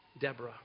Deborah